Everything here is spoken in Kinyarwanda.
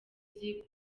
izi